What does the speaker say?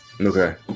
Okay